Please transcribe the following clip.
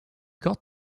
got